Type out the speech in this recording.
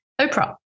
Oprah